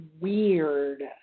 weird